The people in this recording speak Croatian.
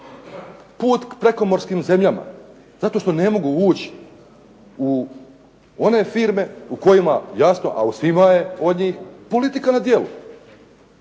prema prekomorskim zemljama zato što ne mogu ući u one firme, u kojima jasno, a u svima je od njih, politika na djelu.